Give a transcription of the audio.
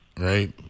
right